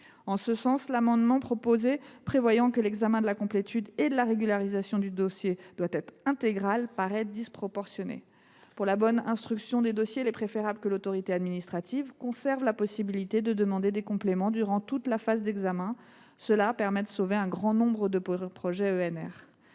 puisqu’il tend à prévoir que l’examen de la complétude et de la régularisation du dossier doit être intégral. Pour la bonne instruction des dossiers, il est préférable que l’autorité administrative conserve la possibilité de demander des compléments durant toute la phase d’examen ; cela permet de sauver un grand nombre de projets EnR.